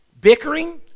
bickering